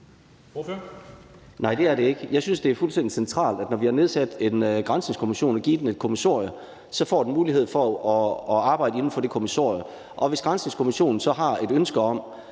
Nej, det er det ikke. Jeg synes, det er fuldstændig centralt, at når vi har nedsat en granskningskommission og givet den et kommissorium, så får den mulighed for at arbejde inden for det kommissorium, og hvis Granskningskommissionen så siger,